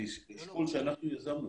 זה אשכול שאנחנו יזמנו